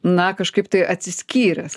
na kažkaip tai atsiskyręs